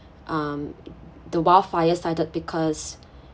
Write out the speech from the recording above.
um the wildfire started because